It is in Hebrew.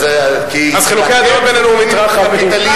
כי אתם דוגלים בקפיטליזם,